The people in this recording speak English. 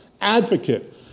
advocate